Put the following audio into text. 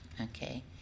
Okay